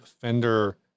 Fender